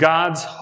God's